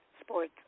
Sports